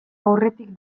aurretik